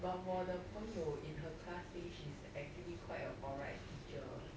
but 我的朋友 in her class say she's actually quite an alright teacher